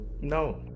No